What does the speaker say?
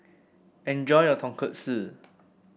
enjoy your Tonkatsu